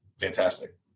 fantastic